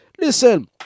Listen